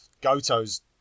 Goto's